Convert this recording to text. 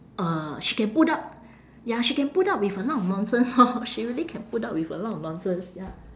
uh she can put up ya she can put up with a lot of nonsense lor she really can put up with a lot of nonsense ya